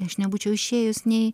aš nebūčiau išėjus nei